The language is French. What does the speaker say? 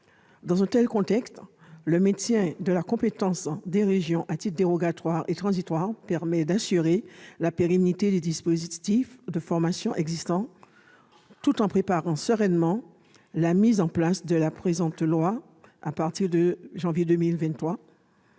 Dans un tel contexte, le maintien de la compétence des régions à titre dérogatoire et transitoire permettrait d'assurer la pérennité des dispositifs de formation existants tout en préparant sereinement la mise en oeuvre de la loi à partir du 1 janvier 2023,